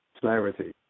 Clarity